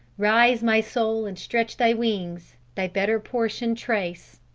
rise, my soul, and stretch thy wings, thy better portion trace.